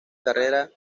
carrera